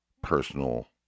personal